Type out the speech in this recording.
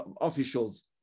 officials